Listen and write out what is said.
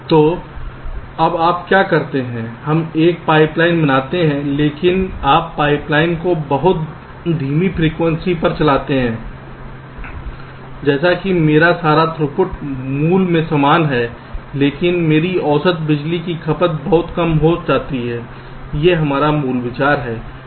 तो अब आप क्या करते हैं हम एक पाइपलाइन बनाते हैं लेकिन आप पाइपलाइन को बहुत धीमी फ्रीक्वेंसी पर चलाते हैं जैसे कि मेरा सारा थ्रूपुट मूल के समान है लेकिन मेरी औसत बिजली की खपत बहुत कम हो जाती है यह मूल विचार है